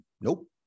Nope